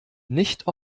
nicht